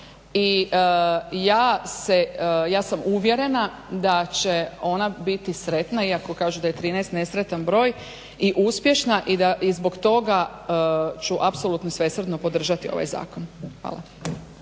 ja sam uvjerena da će ona biti sretna iako kažu da je 13 nesretan broj, i uspješna i da zbog toga ću apsolutno svesrdno podržati ovaj zakon. Hvala.